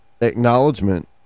acknowledgement